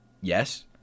Yes